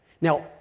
Now